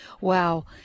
Wow